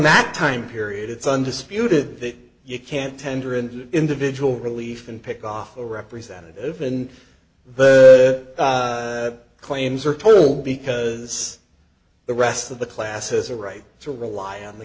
that time period it's undisputed that you can't tender an individual relief and pick off a representative in the claims are total because the rest of the class has a right to rely on the